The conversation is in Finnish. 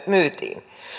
myytiin